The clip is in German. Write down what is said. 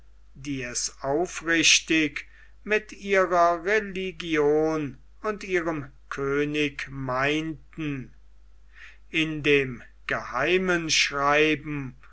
die es aufrichtig mit ihrer religion und ihrem könig meinten in dem geheimen schreiben